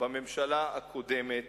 בממשלה הקודמת,